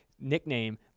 nickname